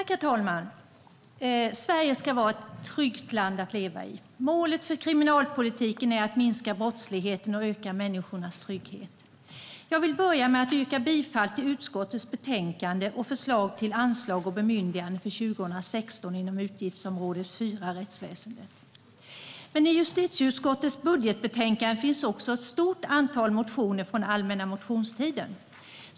Herr talman! Sverige ska vara ett tryggt land att leva i. Målet för kriminalpolitiken är att minska brottsligheten och öka människornas trygghet. Jag vill börja med att yrka bifall till utskottets förslag till anslag och bemyndiganden för 2016 inom utgiftsområde 4 Rättsväsendet. Men i justitieutskottets budgetbetänkande behandlas också ett stort antal motioner från allmänna motionstiden.